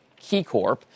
KeyCorp